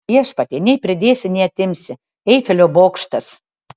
viešpatie nei pridėsi nei atimsi eifelio bokštas